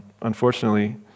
unfortunately